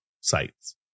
sites